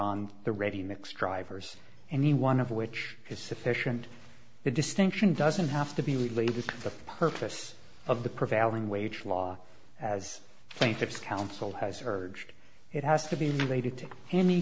on the ready mix drivers any one of which is sufficient the distinction doesn't have to be related to the purpose of the prevailing wage law as plaintiff's counsel has urged it has to be related to any